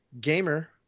Gamer